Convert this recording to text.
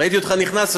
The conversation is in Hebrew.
ראיתי אותך נכנס.